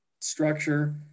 structure